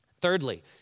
Thirdly